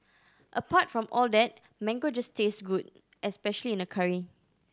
apart from all that mango just tastes good especially in a curry